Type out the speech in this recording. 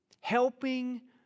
helping